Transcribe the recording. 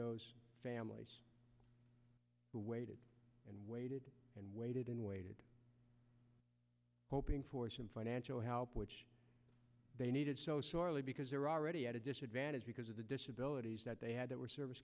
those families who waited and waited and waited and waited hoping for some financial help which they needed so sorely because they're already at a disadvantage because of the disability that they had that were service